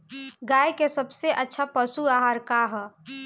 गाय के सबसे अच्छा पशु आहार का ह?